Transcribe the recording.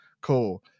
Cool